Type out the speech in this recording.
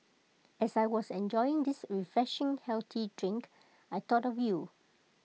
as I was enjoying this refreshing healthy drink I thought of you